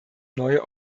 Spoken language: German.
neue